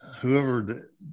Whoever